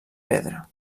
pedra